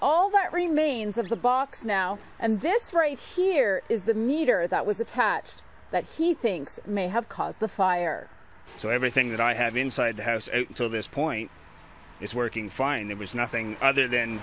all that remains of the box now and this right here is the meter that was attached that he thinks may have caused the fire so everything that i have inside the house and until this point is working fine there is nothing other than